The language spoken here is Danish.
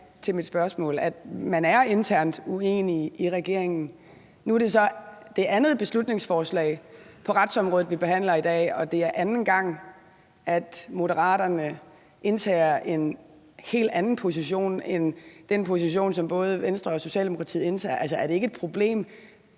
altså internt uenige i regeringen. Nu er det så det andet beslutningsforslag på retsområdet, vi behandler i dag, og det er anden gang, at Moderaterne indtager en helt anden position end den position, som både Venstre og Socialdemokratiet indtager. Er det ikke et problem